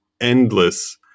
endless